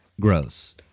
gross